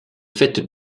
faite